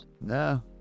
No